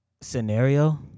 scenario